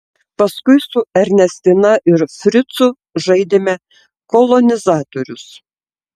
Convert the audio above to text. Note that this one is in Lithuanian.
paskui su ernestina ir fricu žaidėme kolonizatorius